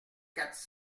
quatre